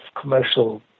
commercial